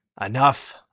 enough